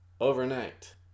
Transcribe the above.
overnight